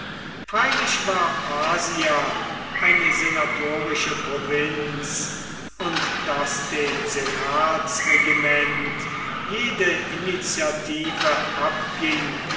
freilich war asia eine senatorische provinz und daß dem senatsregiment jede initiative abging